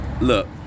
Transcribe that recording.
Look